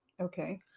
Okay